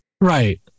Right